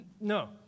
No